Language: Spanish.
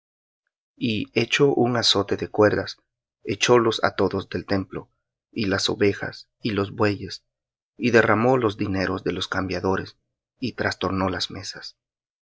y hecho un azote de cuerdas echólos á todos del templo y las ovejas y los bueyes y derramó los dineros de los cambiadores y trastornó las mesas